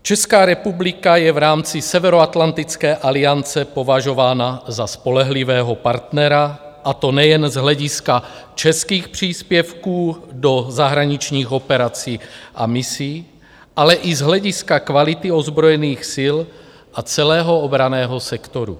Česká republika je v rámci Severoatlantické aliance považována za spolehlivého partnera, a to nejen z hlediska českých příspěvků do zahraničních operací a misí, ale i z hlediska kvality ozbrojených sil a celého obranného sektoru.